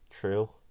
True